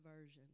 version